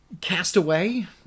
Castaway